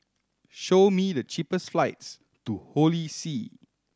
show me the cheapest flights to Holy See